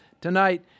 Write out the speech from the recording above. tonight